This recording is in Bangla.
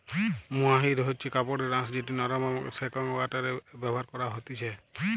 মোহাইর হচ্ছে কাপড়ের আঁশ যেটি নরম একং সোয়াটারে ব্যবহার করা হতিছে